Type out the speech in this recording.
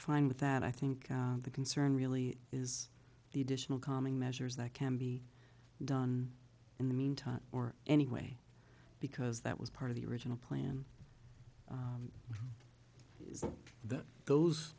fine with that i think the concern really is the additional calming measures that can be done in the meantime or anyway because that was part of the original plan that those